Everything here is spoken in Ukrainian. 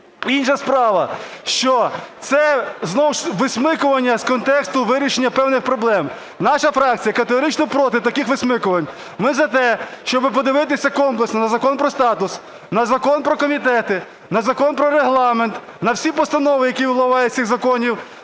Інша справа, що це знову ж висмикування з контексту вирішення певних проблем. Наша фракція категорично проти таких висмикувань. Ми за те, щоби подивитися комплексно на Закон про статус, на Закон про комітети, на Закон про Регламент, на всі постанови, які випливають з цих законів.